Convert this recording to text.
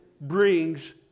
brings